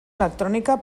electrònica